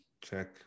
Check